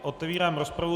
Otevírám rozpravu.